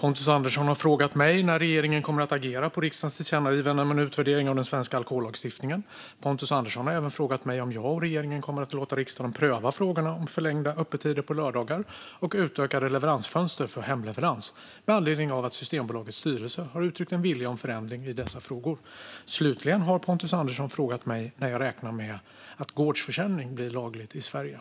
har frågat mig när regeringen kommer att agera på riksdagens tillkännagivande om en utvärdering av den svenska alkohollagstiftningen. Pontus Andersson har även frågat mig om jag och regeringen kommer att låta riksdagen pröva frågorna om förlängda öppettider på lördagar och utökade leveransfönster för hemleverans, med anledning av att Systembolagets styrelse har uttryckt en vilja om förändring i dessa frågor. Slutligen har Pontus Andersson frågat mig när jag räknar med att gårdsförsäljning blir lagligt i Sverige.